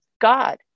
God